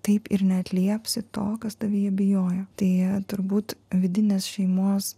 taip ir neatliepsi to kas tavyje bijojo tai turbūt vidinės šeimos